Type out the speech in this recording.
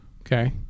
Okay